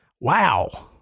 wow